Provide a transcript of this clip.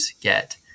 get